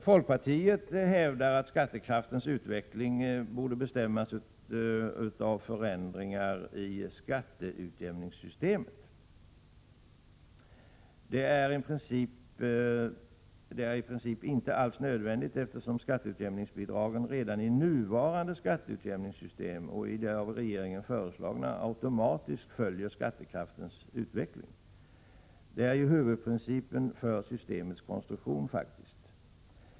Folkpartiet hävdar att skattekraftens utveckling borde bestämmas av förändringar i skatteutjämningssystemet. Det är i princip inte alls nödvändigt, eftersom skatteutjämningsbidragen redan i nuvarande skatteutjämningssystem — och i det av regeringen föreslagna — automatiskt följer skattekraftens utveckling. Detta är faktiskt huvudprincipen för systemets konstruktion.